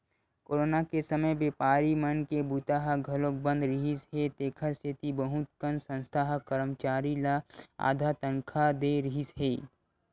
corona के समे बेपारी मन के बूता ह घलोक बंद रिहिस हे तेखर सेती बहुत कन संस्था ह करमचारी ल आधा तनखा दे रिहिस हे